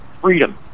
freedom